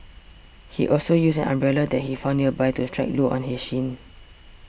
he also used an umbrella that he found nearby to strike Loo on his shin